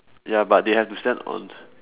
ya but they have to stand on